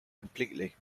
completely